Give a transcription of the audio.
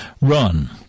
run